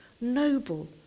noble